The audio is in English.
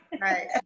Right